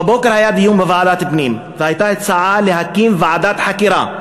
בבוקר היה דיון בוועדת הפנים והייתה הצעה להקים ועדת חקירה.